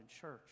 church